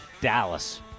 Dallas